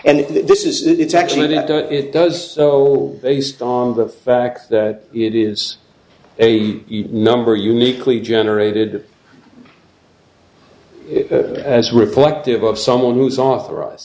and this is it's actually that it does so based on the fact that it is a number uniquely generated as reflective of someone who's authorize